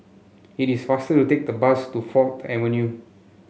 it is faster to take the bus to Fourth Avenue